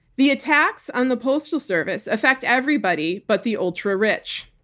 the attacks on the postal service affect everybody but the ultra rich.